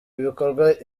ibikorwa